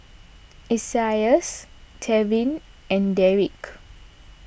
Isaias Tevin and Deric